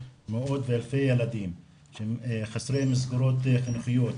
מאות ואלפי ילדים חסרי מסגרות חינוכיות,